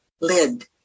Lid